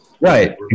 Right